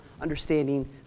understanding